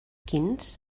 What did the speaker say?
quins